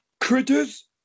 Critters